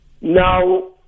Now